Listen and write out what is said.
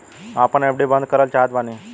हम आपन एफ.डी बंद करना चाहत बानी